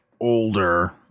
older